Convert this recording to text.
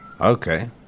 Okay